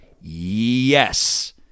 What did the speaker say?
Yes